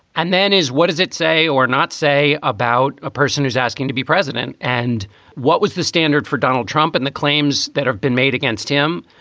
and then is what does it say or not say about a person who's asking to be president? and what was the standard for donald trump and the claims that have been made against him,